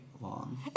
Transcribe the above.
long